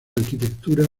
arquitectura